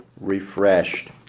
refreshed